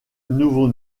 nouveau